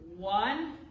One